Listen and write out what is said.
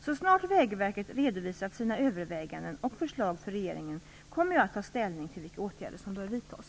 Så snart Vägverket redovisat sina överväganden och förslag för regeringen kommer jag att ta ställning till vilka åtgärder som bör vidtas.